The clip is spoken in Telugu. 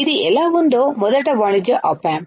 ఇది ఎలా ఉందో మొదటి వాణిజ్య ఆప్ ఆంప్